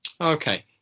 Okay